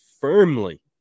firmly